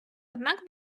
однак